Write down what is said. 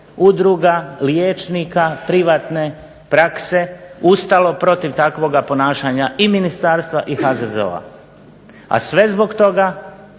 udruga liječnika privatne prakse ustalo protiv takvog ponašanja i ministarstva i HZZO-a. A sve zbog toga